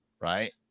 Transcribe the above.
right